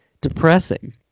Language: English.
depressing